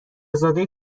زاده